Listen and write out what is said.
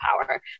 power